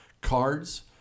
cards